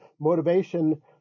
motivation